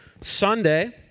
Sunday